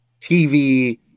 tv